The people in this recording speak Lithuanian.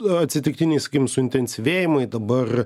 atsitiktiniai sakykim suintensyvėjimai dabar